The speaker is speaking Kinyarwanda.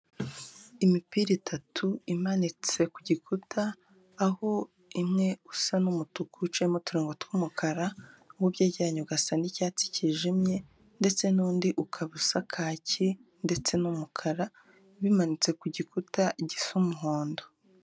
Imipira itatu imanitse ku gikuta, aho imwe usa n'umutuku uciyemo uturongongo tw'umukara, uwo byegeranye ugasa n'icyatsi cyijimye, ndetse n'undi ukaba usa kaki ndetse n'umukara bimanitse ku gikuta gisa umuhondo.